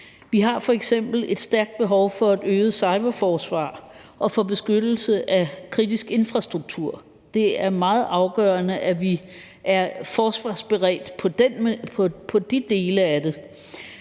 Vi har f.eks. et stærkt behov for et øget cyberforsvar og for beskyttelse af kritisk infrastruktur. Det er meget afgørende, at vi er forsvarsberedte på de dele af det,